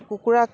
কুকুৰাক